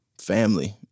family